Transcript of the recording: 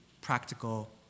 practical